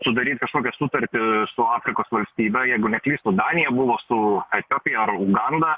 sudaryt kažkokią sutartį su afrikos valstybe jeigu neklystu danija buvo su etiopija ar uganda